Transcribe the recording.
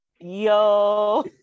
yo